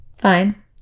Fine